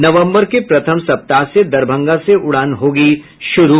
नवम्बर के प्रथम सप्ताह से दरभंगा से उड़ान होगी शुरू